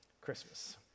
Christmas